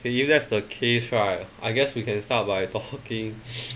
if that's the case right I guess we can start by talking